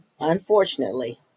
unfortunately